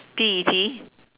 P E T